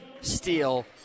steal